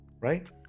Right